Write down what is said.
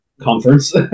conference